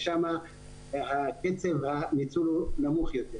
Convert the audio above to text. ששם קצת הניצול נמוך יותר.